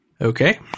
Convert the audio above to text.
Okay